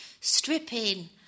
stripping